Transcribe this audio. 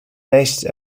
based